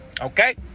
okay